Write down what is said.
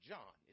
John